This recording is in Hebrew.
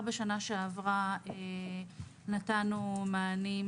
כבר בשנה שעברה נתנו מענים,